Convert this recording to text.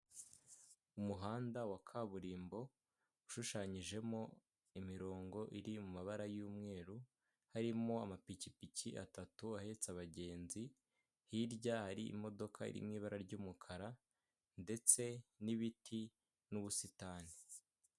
Umuhanda wa kaburimbo ushushanyijemo imironko iri mu mabara y'umweru. Harimo amapikipiki atatu ahetse abagenzi hirya hari imodoka iri mu ibara ry'umukara, ndetse n'ibiti n'ubustani.